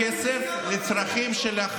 ועדת הכלכלה, אז כנראה זה משהו שלא היה